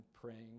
praying